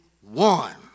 one